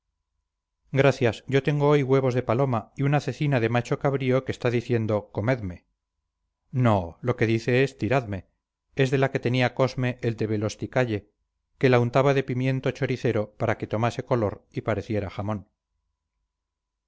gracias yo tengo hoy huevos de paloma y una cecina de macho cabrío que está diciendo comedme no lo que dice es tiradme es de la que tenía cosme el de belosticalle que la untaba de pimiento choricero para que tomase color y pareciera jamón